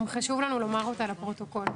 גם חשוב לנו לומר אותה לפרוטוקול.